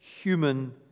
human